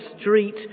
street